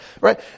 right